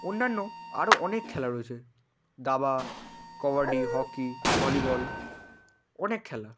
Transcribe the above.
অন্যান্য আরও অনেক খেলা রয়েছে দাবা কবাডি হকি ভলিবল অনেক খেলা